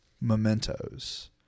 mementos